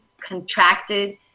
contracted